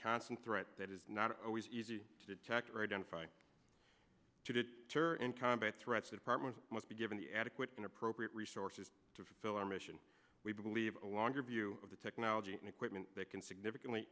constant threat that is not always easy to detect or identify to her in combat threats department must be given the adequate and appropriate resources to fill our mission we believe a longer view of the technology and equipment that can significantly